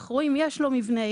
רואים יש לו מבנה,